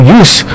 use